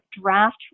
draft